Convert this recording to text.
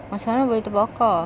macam mana boleh terbakar